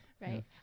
Right